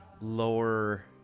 lower